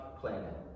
planet